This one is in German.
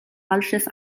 falsches